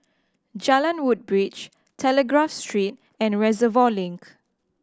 Jalan Woodbridge Telegraph Street and Reservoir Link